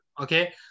okay